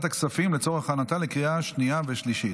הכספים לצורך הכנתה לקריאה שנייה ושלישית.